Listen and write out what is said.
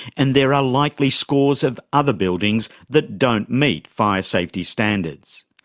and there are likely scores of other buildings that don't meet fire safety standards.